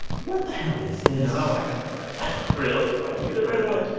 what the hell is this? no, i got it right away really? why'd you get it right away?